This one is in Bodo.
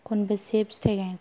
खनबेसे फिथाय